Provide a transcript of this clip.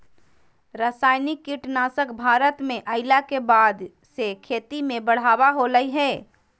रासायनिक कीटनासक भारत में अइला के बाद से खेती में बढ़ावा होलय हें